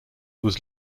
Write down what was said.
was